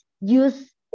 use